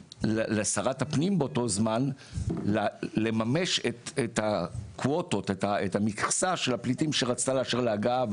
לשרת הפנים באותו זמן לממש את המכסה של הפליטים שרצתה לאשר לה הגעה,